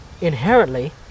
inherently